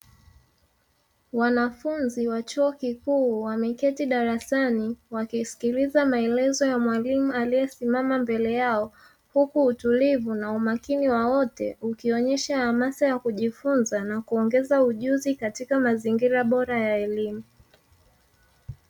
Wanafunzi wa chuo kikuu wameketi darasani, wakisikiliza maelezo ya mwalimu aliyesimama mbele yao, huku utulivu na umakini wa wote ukionesha amasa ya kujifunza na kuongeza ujuzi katika mazingira bora ya elimu.